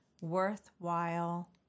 worthwhile